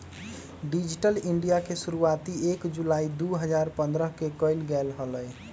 digital India के शुरुआती एक जुलाई दु हजार पन्द्रह के कइल गैले हलय